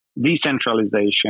decentralization